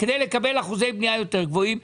כדי לקבל אחוזי בנייה יותר גבוהים,